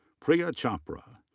priya chopra.